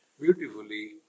beautifully